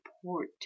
support